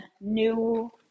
new